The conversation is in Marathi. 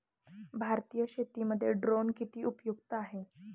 भारतीय शेतीमध्ये ड्रोन किती उपयुक्त आहेत?